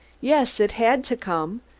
yes, it had to come,